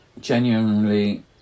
genuinely